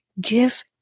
Give